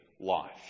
life